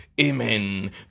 Amen